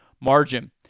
margin